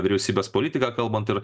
vyriausybės politiką kalbant ir